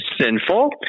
sinful